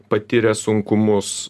patiria sunkumus